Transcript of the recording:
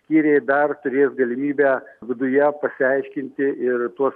skyriai dar turės galimybę viduje pasiaiškinti ir tuos